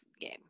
game